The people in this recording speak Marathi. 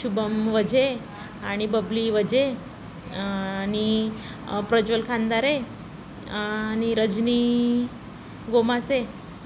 शुभम वझे आणि बबली वझे आणि प्रज्वल खानदारे आणि रजनी गोमासे